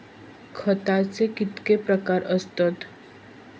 खताचे कितके प्रकार असतत?